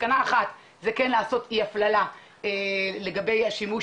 מסקנה אחת, זה לעשות אי-הפללה לגבי השימוש